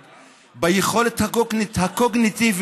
הקונבנציונלית ביכולת הקוגניטיבית,